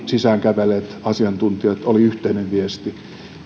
sisään kävelleillä asiantuntijoilla oli yhteinen viesti